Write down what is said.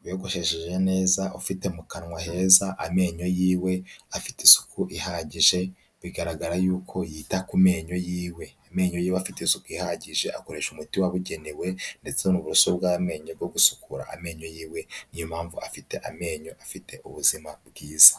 wiyogoshesheje neza, ufite mu kanwa heza, amenyo yiwe afite isuku ihagije, bigaragara yuko yita ku menyo yiwe. Amenyo yiwe afite isuku ihagije, akoresha umuti wabugenewe ndetse n'uburoso bw'amenyo bwo gusukura amenyo yiwe, niyo mpamvu afite amenyo afite ubuzima bwiza.